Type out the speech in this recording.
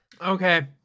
Okay